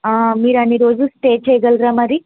మీరు అన్ని రోజులు స్టే చేయగలరా మరి